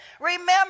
remember